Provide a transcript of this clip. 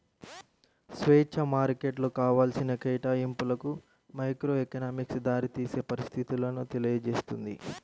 స్వేచ్ఛా మార్కెట్లు కావాల్సిన కేటాయింపులకు మైక్రోఎకనామిక్స్ దారితీసే పరిస్థితులను తెలియజేస్తుంది